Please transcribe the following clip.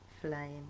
flame